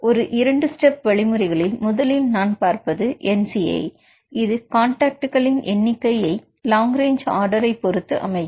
ஒரு இரண்டு ஸ்டெப் வழிமுறைகளில் முதலில் நான் பார்ப்பது nci இது காண்டாக்ட் எண்ணிக்கையை லாங் ரேஞ்சு ஆர்டரை பொருத்து அமையும்